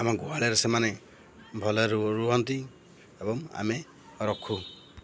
ଆମ ଗୁହାଳରେ ସେମାନେ ଭଲରେ ରୁହନ୍ତି ଏବଂ ଆମେ ରଖୁ